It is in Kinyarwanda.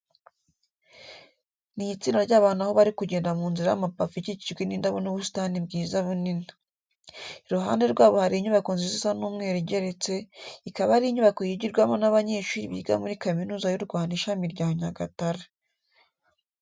Ni itsinda ry'abantu aho bari kugenda mu nzira y'amapave ikikijwe n'indabyo n'ubusitani bwiza bunini. Iruhande rwabo hari inyubako nziza isa umweru igeretse, ikaba ari inyubako yigirwamo n'abanyeshuri biga muri Kaminuza y'u Rwanda Ishami rya Nyagatare.